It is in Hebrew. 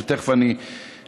ותכף אני אספר.